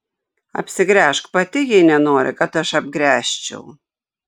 apsigręžk pati jei nenori kad aš apgręžčiau